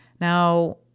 Now